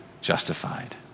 justified